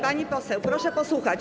Pani poseł, proszę posłuchać.